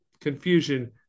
confusion